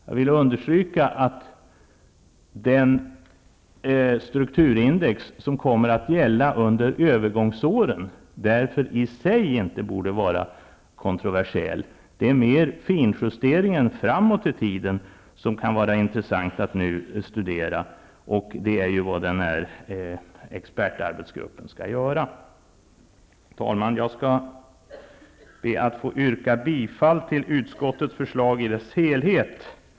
Jag vill understryka att det strukturindex som kommer att gälla under övergångsåren därför i sig inte borde vara kontroversiellt. Det är mer finjusteringen framåt i tiden som kan vara intressant att studera nu. Det är vad expertarbetsgruppen skall göra. Herr talman! Jag skall be att få yrka bifall till utskottets förslag i dess helhet.